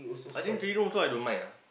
I think three room also I don't mind ah